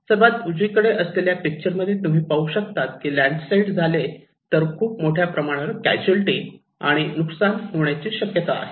सर्वात उजवीकडे असलेल्या शहरातील पिक्चर मध्ये तुम्ही पाहू शकतात की लँड्सस्लाईड झाले तर खूप मोठ्या प्रमाणावर कॅसुलटी आणि नुकसान होण्याचे निश्चित आहे